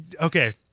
okay